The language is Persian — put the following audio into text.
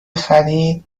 خرید